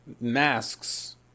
masks